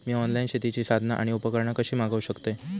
मी online शेतीची साधना आणि उपकरणा कशी मागव शकतय?